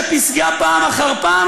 מפגשי פסגה פעם אחר פעם,